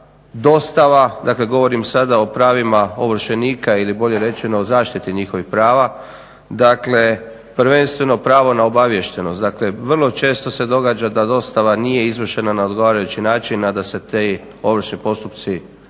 dostava, dakle govorim sada o pravima ovršenika ili bolje rečeno o zaštiti njihovih prava, dakle prvenstveno pravo na obaviještenost. Dakle, vrlo često se događa da dostava nije izvršena na odgovarajući način, a da se ti ovršni postupci vode